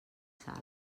sala